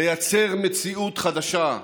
לייצר מציאות חדשה",